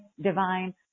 divine